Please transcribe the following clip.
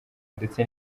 ndetse